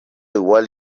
igual